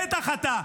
בטח אתה.